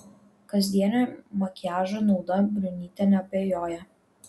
kasdienio makiažo nauda briunytė neabejoja